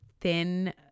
thin